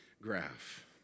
graph